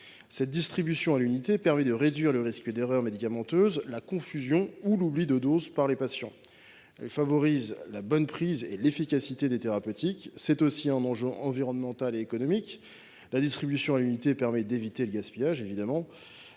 Cette distribution à l’unité permet de réduire le risque d’erreur médicamenteuse, la confusion ou l’oubli de doses par les patients. Elle favorise la bonne prise et l’efficacité des thérapeutiques. C’est aussi un enjeu environnemental et économique, la distribution à l’unité permettant d’éviter le gaspillage. Cet